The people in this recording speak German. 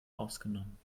ausgenommen